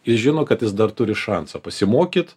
jis žino kad jis dar turi šansą pasimokyt